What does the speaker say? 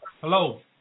hello